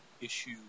issue